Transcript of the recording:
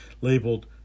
labeled